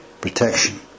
protection